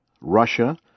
Russia